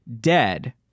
dead